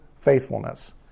faithfulness